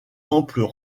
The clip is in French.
amples